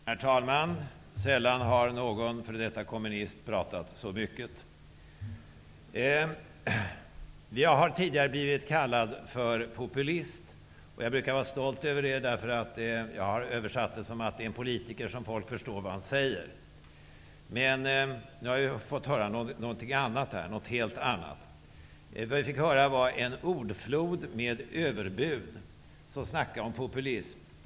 Herr talman! Sällan har någon f.d. kommunist pratat så mycket. Jag har tidigare blivit kallad för populist. Jag brukar vara stolt över det. Jag har översatt det som att det är fråga om en politiker som folk förstår. Nu har jag fått höra något helt annat här. Vi har fått har en ordflod med överbud. Så snacka om populism!